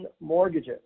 mortgages